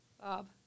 Bob